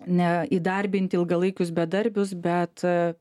ne įdarbint ilgalaikius bedarbius bet